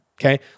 okay